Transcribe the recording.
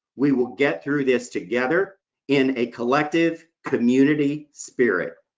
we will get through this together in a collective, community spirit.